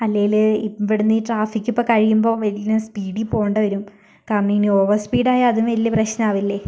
അല്ലേല് ഇവിടെ ഈ ട്രാഫിക്കിപ്പൊ കഴിയുമ്പോ വലിയ സ്പീഡീൽ പോകേണ്ടി വരും കാരണം ഇനി ഓവർസ്പീഡായാൽ അതും വലിയ പ്രശ്നാവില്ലേ